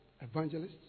evangelists